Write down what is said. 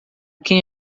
quem